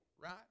right